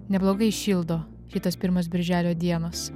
neblogai šildo šitos pirmos birželio dienos